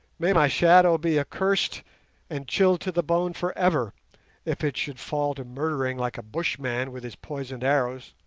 may my shadow be accursed and chilled to the bone for ever if it should fall to murdering like a bushman with his poisoned arrows